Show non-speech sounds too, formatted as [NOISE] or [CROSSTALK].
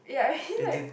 yeah I mean like [BREATH]